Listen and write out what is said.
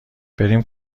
بریم